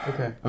Okay